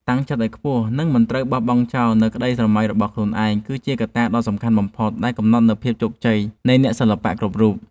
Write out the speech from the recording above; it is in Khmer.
តាំងចិត្តឱ្យខ្ពស់ និងមិនត្រូវបោះបង់ចោលនូវក្តីស្រមៃរបស់ខ្លួនឯងគឺជាកត្តាដ៏សំខាន់បំផុតដែលកំណត់នូវភាពជោគជ័យនៃអ្នកសិល្បៈគ្រប់រូប។